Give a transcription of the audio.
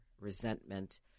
resentment